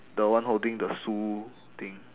the one holding the sue thing